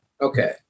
Okay